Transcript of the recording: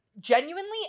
genuinely